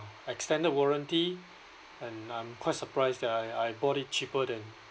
extended warranty and I'm quite surprised that I I bought it cheaper than